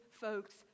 folks